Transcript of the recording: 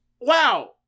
wow